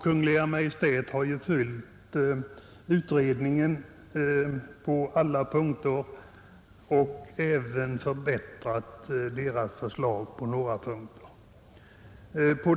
Kungl. Maj:t har följt utredningen på alla punkter och har även förbättrat utredningens förslag i några avseenden.